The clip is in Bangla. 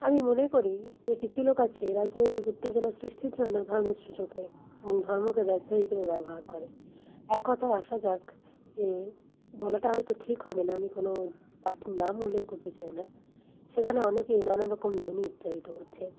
আমি মনে করি যে কিছু লোক আছে রাজনৈতিক উত্তেজনা সৃষ্টির জন্য ধর্মের সুযোগ নেয় এবং ধর্মকে ব্যবসা হিসাবে ব্যবহার করে এক কথায় আসা যাক যে বলাটা হয়তো ঠিক হবে না আমি কোনো পার্টির নাম উল্লেখ করতে চাই না সেইখানে অনেকেই নানা রকম ধ্বনি উচ্চারিত হচ্ছে